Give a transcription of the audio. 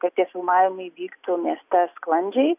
kad tie filmavimai vyktų mieste sklandžiai